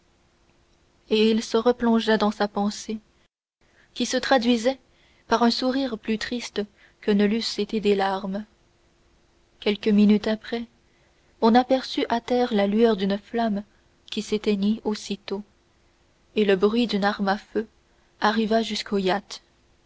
et il se replongea dans sa pensée qui se traduisait par un sourire plus triste que ne l'eussent été des larmes quelques minutes après on aperçut à terre la lueur d'une flamme qui s'éteignit aussitôt et le bruit d'une arme à feu arriva jusqu'au